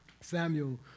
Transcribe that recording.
Samuel